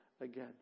again